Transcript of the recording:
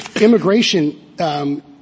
immigration –